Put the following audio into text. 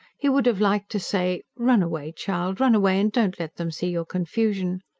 he would have liked to say run away, child, run away, and don't let them see your confusion.